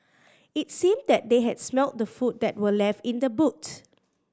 it seemed that they had smelt the food that were left in the boot